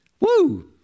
Woo